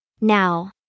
Now